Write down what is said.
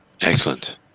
Excellent